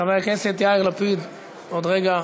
חברי הכנסת יאיר לפיד, עוד רגע.